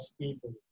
people